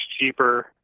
cheaper